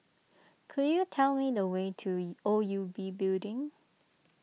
could you tell me the way to E O U B Building